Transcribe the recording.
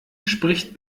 spricht